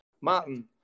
martin